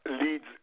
leads